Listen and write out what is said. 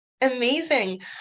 Amazing